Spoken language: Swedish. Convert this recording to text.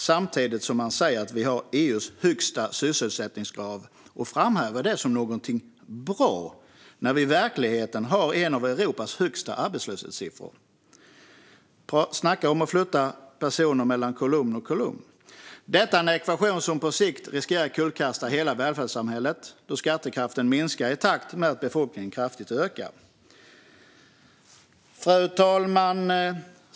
Samtidigt säger man att vi har EU:s högsta sysselsättningsgrad och framhäver det som någonting bra, när vi i verkligheten har bland de högsta arbetslöshetssiffrorna i Europa. Snacka om att flytta personer från en kolumn till en annan! Detta är en ekvation som på sikt riskerar att kullkasta hela välfärdssamhället, då skattekraften minskar i takt med att befolkningen kraftigt ökar. Fru talman!